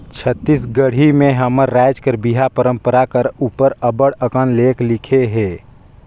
छत्तीसगढ़ी में हमर राएज कर बिहा परंपरा कर उपर अब्बड़ अकन लेख लिखे हे